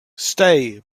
stay